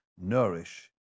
nourish